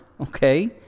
Okay